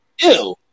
ew